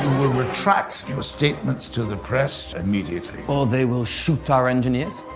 will retract your statements to the press immediately. or they will shoot our engineers?